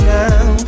now